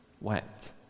wept